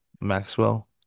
Maxwell